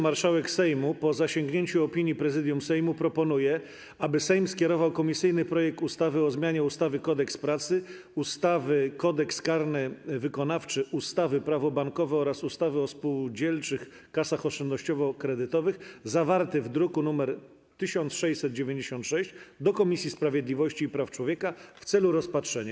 Marszałek Sejmu, po zasięgnięciu opinii Prezydium Sejmu, proponuje, aby Sejm skierował komisyjny projekt ustawy o zmianie ustawy - Kodeks pracy, ustawy - Kodeks karny wykonawczy, ustawy - Prawo bankowe oraz ustawy o spółdzielczych kasach oszczędnościowo-kredytowych, zawarty w druku nr 1696, do Komisji Sprawiedliwości i Praw Człowieka w celu rozpatrzenia.